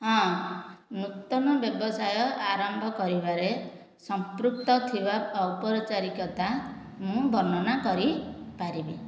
ହଁ ନୂତନ ବ୍ୟବସାୟ ଆରମ୍ଭ କରିବାରେ ସମ୍ପୃକ୍ତ ଥିବା ଔପଚାରିକତା ମୁଁ ବର୍ଣ୍ଣନା କରିପାରିବି